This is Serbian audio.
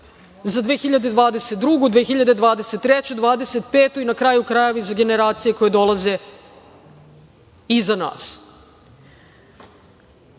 za 2022, 2023, 2025. i, na kraju krajeva, za generacije koje dolaze iza